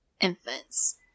infants